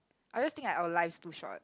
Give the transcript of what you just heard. I just think that our life's too short